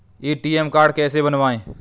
ATM card कैसे बनवाएँ?